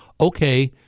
okay